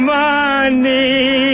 money